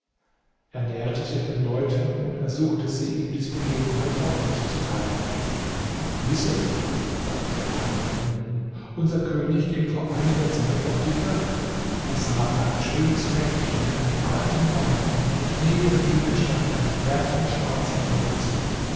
er näherte sich den leuten und ersuchte sie ihm diese begebenheit auch mitzuteilen wisse sagte der eine von ihnen unser könig ging vor einiger zeit auf die jagd da sah er ein schönes mädchen mit einem alten manne und neben ihnen stand ein pferd von schwarzem holze